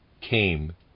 came